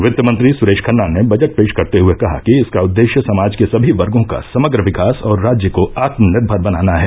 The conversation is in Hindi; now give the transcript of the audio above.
वित्तमंत्री सुरेश खन्ना ने बजट पेश करते हुए कहा कि इसका उद्देश्य समाज के सभी वर्गों का समग्र विकास और राज्य को आत्मनिर्भर बनाना है